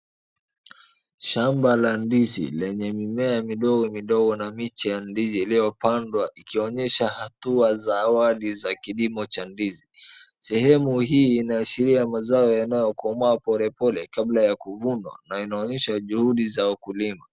Shamba la ndizi lenye mimea mindogo mindogo na miche ya ndizi iliyopandwa ikionyesha hatua za awali za kilimo cha ndizi. Sehemu hii inaashiria mazao yanayokomaa polepole kabla ya kuvunwa na inaonyeshwa juhudi za wakulima.